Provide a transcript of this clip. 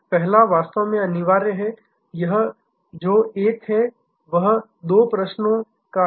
पहला वास्तव में अनिवार्य है जो एक है वह दो प्रश्नों का हैं